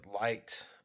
light